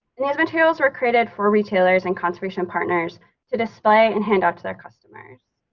and these materials were created for retailers and conservation partners to display and hand out to their customers,